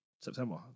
September